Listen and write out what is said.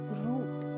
root